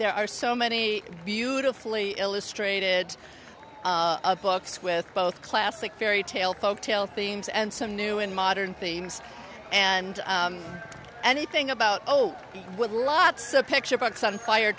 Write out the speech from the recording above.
there are so many beautifully illustrated books with both classic fairy tale folk tale themes and some new and modern themes and anything about oh with lots of picture books on fire